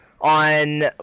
on